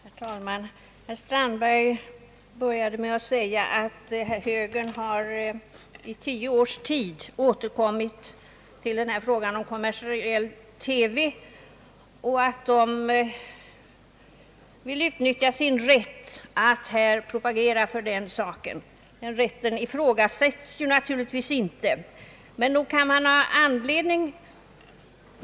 Herr talman! Herr Strandberg började sitt anförande med att säga, att högern under tio års tid har återkommit till frågan om kommersiell TV och vill utnyttja sin rätt att här propagera för den saken. Den rätten ifrågasätts naturligtvis inte.